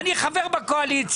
אני חבר בקואליציה.